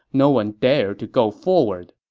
no one dared to go forward.